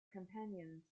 companions